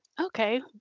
Okay